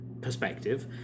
perspective